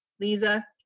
Lisa